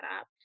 up